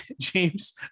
James